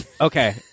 Okay